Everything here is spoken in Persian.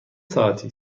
ساعتی